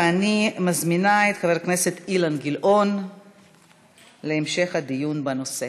אני מזמינה את חבר הכנסת אילן גילאון להמשך הדיון בנושא.